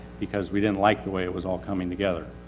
because we didn't like the way it was all coming together.